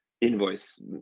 invoice